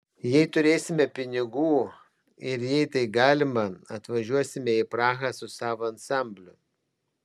jei turėsime pinigų ir jei tai galima atvažiuosime į prahą su savo ansambliu